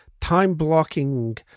time-blocking